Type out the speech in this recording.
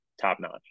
top-notch